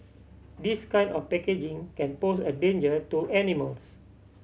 this kind of packaging can pose a danger to animals